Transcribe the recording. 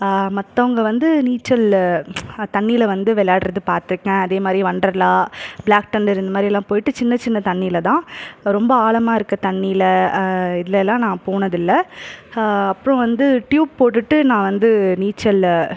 மற்றவங்க வந்து நீச்சல் தண்ணியில் வந்து விளாடுறதை பார்த்துருக்கேன் அதே மாதிரி ஒண்டர்லா பிளாக் தண்டர் இந்த மாதிரிலாம் போயிட்டு சின்ன சின்ன தண்ணியில் தான் ரொம்ப ஆழமாக இருக்கற தண்ணியில் இதுலெலாம் நான் போனதுல்லை அப்புறம் வந்து டியூப் போட்டுவிட்டு நான் வந்து நீச்சல்